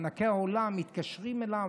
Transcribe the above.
ענקי העולם מתקשרים אליו.